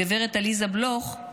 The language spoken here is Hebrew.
הגב' עליזה בלוף,